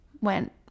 went